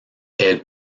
elle